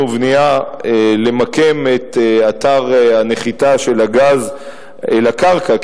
ובנייה למקם את אתר הנחיתה של הגז אל הקרקע,